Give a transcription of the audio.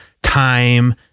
time